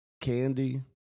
candy